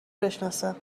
بشناسه